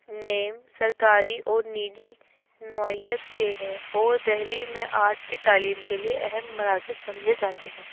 نیم سرکاری اور نجی نوعیت کے ہے اور دہلی میں آرٹ کی تعلیم کے لیے اہم مراکز سمجھے جاتے ہیں